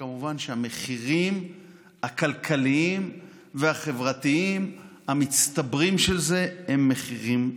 וכמובן שהמחירים הכלכליים והחברתיים המצטברים של זה הם מחירים איומים.